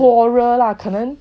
不是 quarrel lah 可能